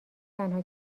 تنها